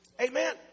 Amen